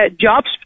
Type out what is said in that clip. jobs